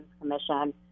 Commission